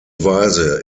weise